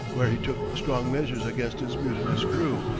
where he took strong measures against his mutinous crew,